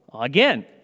again